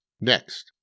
Next